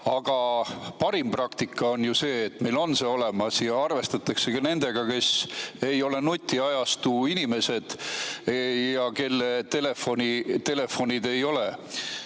Aga parim praktika on see, et meil on see olemas ja arvestatakse ka nendega, kes ei ole nutiajastu inimesed ja kelle telefonid ei ole